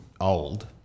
old